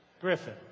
Griffin